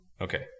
Okay